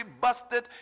busted